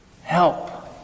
Help